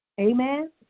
Amen